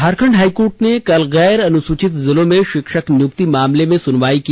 Jharkhand high court ने कल गैर अनुसूचित जिलों में शिक्षक नियुक्ति मामले में सुनवाई की